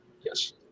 Yes